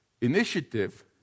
Initiative